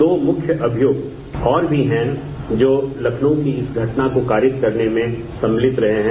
दो मुख्य अभियुक्त और भी हैं जो लखनऊ की इस घटना को कारित करने में सम्मिलित रहे हैं